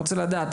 אני רוצה לדעת,